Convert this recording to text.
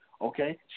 Okay